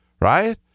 right